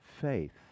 Faith